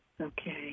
okay